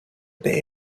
bay